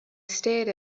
stared